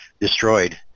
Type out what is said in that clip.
destroyed